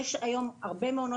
יש היום הרבה מעונות,